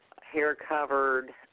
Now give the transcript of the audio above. hair-covered